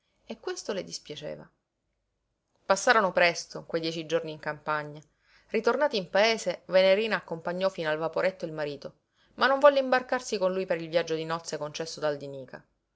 e questo le dispiaceva passarono presto quei dieci giorni in campagna ritornati in paese venerina accompagnò fino al vaporetto il marito ma non volle imbarcarsi con lui per il viaggio di nozze concesso dal di nica